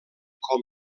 com